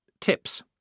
tips